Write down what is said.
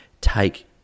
take